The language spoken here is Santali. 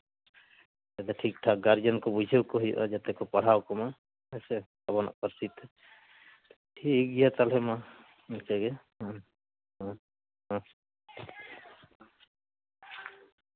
ᱡᱟᱛᱮ ᱴᱷᱤᱠᱼᱴᱷᱟᱠ ᱜᱟᱨᱡᱮᱱ ᱠᱚ ᱵᱩᱡᱷᱟᱹᱣ ᱠᱚ ᱦᱩᱭᱩᱜᱼᱟ ᱡᱟᱛᱮ ᱠᱚ ᱯᱟᱲᱦᱟᱣ ᱠᱚᱢᱟ ᱦᱮᱸᱥᱮ ᱟᱵᱚᱱᱟᱜ ᱯᱟᱹᱨᱥᱤ ᱛᱮ ᱴᱷᱤᱠᱜᱮᱭᱟ ᱛᱟᱞᱦᱮ ᱢᱟ ᱱᱤᱝᱠᱟ ᱜᱮ ᱦᱩᱸ ᱦᱩᱸ ᱦᱩᱸ